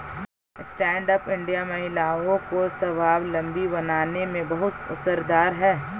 stand up India महिलाओं को स्वावलम्बी बनाने में बहुत असरदार है